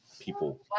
people